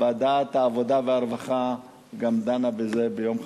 ועדת העבודה והרווחה גם דנה בזה ביום חמישי,